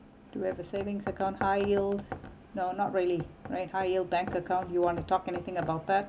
to have a savings account high yield no not really right high yield bank account you want to talk anything about that